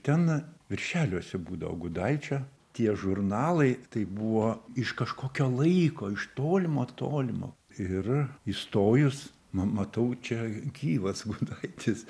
ten viršeliuose būdavo gudaičio tie žurnalai tai buvo iš kažkokio laiko iš tolimo tolimo ir įstojus nu matau čia gyvas gudaitis